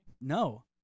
No